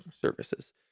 services